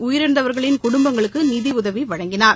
உயிரிழந்தவர்களின் குடும்பங்களுக்கு நிதி உதவி வழங்கினார்